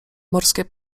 morskie